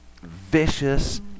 vicious